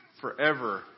forever